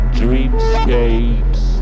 dreamscapes